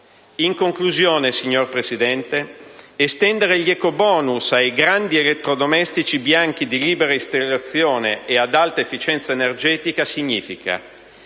In conclusione, signor Presidente, estendere gli ecobonus ai grandi elettrodomestici bianchi di libera installazione e ad alta efficienza energetica significa